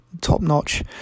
top-notch